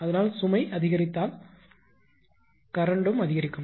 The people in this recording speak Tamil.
அதனால் சுமை அதிகரித்தால் கரண்ட்டும் அதிகரிக்கும்